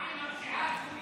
מה עם הפשיעה, דודי?